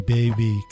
Baby